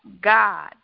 God